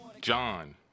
John